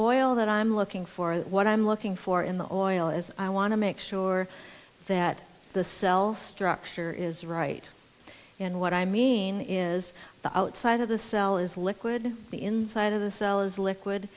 oil that i'm looking for that what i'm looking for in the oil is i want to make sure that the cell structure is right and what i mean is the outside of the cell is liquid the inside of the cell is liquid